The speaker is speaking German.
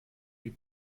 wie